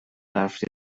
برف